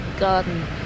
Garden